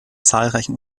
zahlreichen